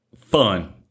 fun